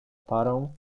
parą